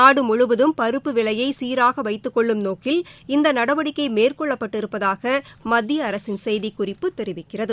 நாடு முழுவதும் பருப்பு விலையை சீராக வைத்துக் கொள்ளும் நோக்கில் இந்த நடவடிக்கை மேற்கொள்ளப்பட்டிருப்பதாக மத்திய அரசின் செய்திக் குறிப்பு தெரிவிக்கிறது